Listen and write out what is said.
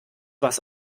was